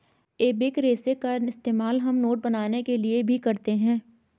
एबेक रेशे का इस्तेमाल हम नोट बनाने के लिए भी करते हैं